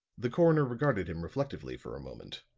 the coroner regarded him reflectively for a moment.